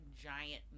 giant